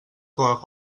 coca